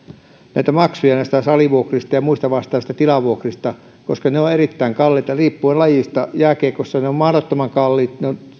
näitä maksuja näistä salivuokrista ja muista vastaavista tilavuokrista koska ne ovat erittäin kalliita riippuen lajista jääkiekossa ne ovat mahdottoman kalliita